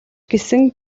гэсэн